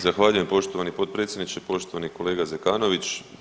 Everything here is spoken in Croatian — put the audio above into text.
Zahvaljujem poštovani potpredsjedniče, poštovani kolega Zekanović.